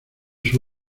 sus